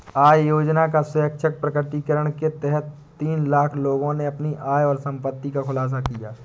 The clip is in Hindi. आय योजना का स्वैच्छिक प्रकटीकरण के तहत तीन लाख लोगों ने अपनी आय और संपत्ति का खुलासा किया